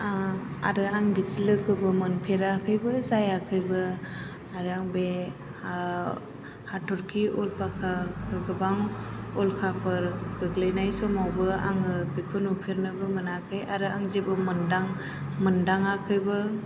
आरो आं बिदि लोगोबो मोनफेराखैबो जायाखैबो आरो आं बे हाथ'रखि उल्फाखाखौ गोबां उल्खाफोर गोग्लैनाय समावबो आङो बेखौ नुफेरनोबो मोनाखै आरो आं जेबो मोन्दाङाखैबो